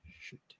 shoot